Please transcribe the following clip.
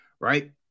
right